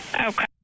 Okay